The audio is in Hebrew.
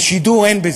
ושידור אין בזה.